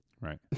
Right